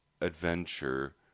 Adventure